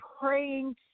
praying